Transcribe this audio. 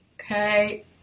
Okay